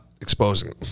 exposing